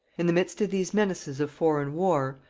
in the midst of these menaces of foreign war,